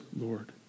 Lord